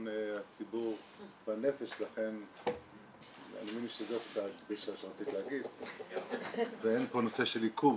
הציבור והנפש לכן --- שרצית להגיד ואין פה נושא של עיכוב,